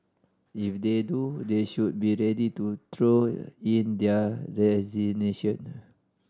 if they do they should be ready to throw in their resignation